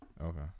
Okay